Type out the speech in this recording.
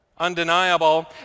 Undeniable